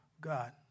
God